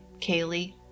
Kaylee